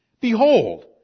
Behold